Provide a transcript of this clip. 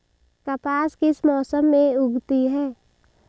कपास किस मौसम में उगती है?